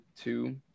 two